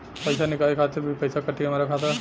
पईसा निकाले खातिर भी पईसा कटी हमरा खाता से?